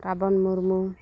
Ravan Murmu